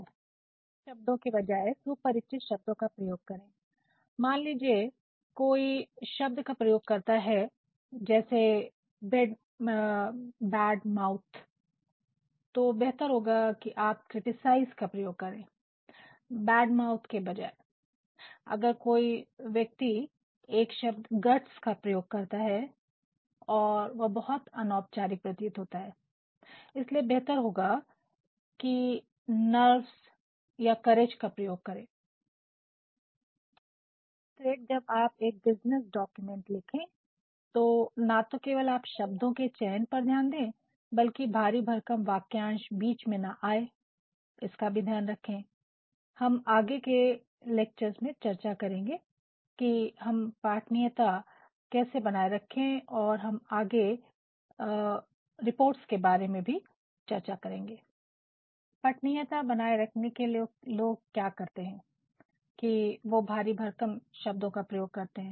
सामान्य शब्दों के बजाय सुपरिचित शब्दों का प्रयोग करें मान लीजिए कोई एक शब्द प्रयोग करता है जैसे 'बेड माउथ' तो बेहतर होगा कि आप 'क्रिटिसाइज' का प्रयोग करें बेड माउथ के बजाए अगर कोई व्यक्ति एक शब्द 'गट्स' प्रयोग करता है वह बहुत अनौपचारिक प्रतीत होता है इसलिए बेहतर होगा 'नर्व्स' या 'करेज' का प्रयोग इसके अतिरिक्त जब आप एक बिज़नेस डॉक्यूमेंट लिखें तो ना तो केवल आप शब्दों के चयन पर ध्यान दें बल्कि भारी भरकम वाक्यांश बीच में ना आए हम आगे के पिक्चर्स में चर्चा करेंगे कि हम पठनीयता कैसे बनाए रखें और हम आगे रिपोर्ट्स के बारे में भी चर्चा करेंगे तो पठनीयता बनाये रखने के लिए लोग क्या करते है कि वो भारी भरकम शब्दों का प्रयोग करते है